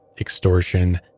extortion